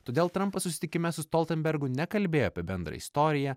todėl trampas susitikime su stoltenbergu nekalbėjo apie bendrą istoriją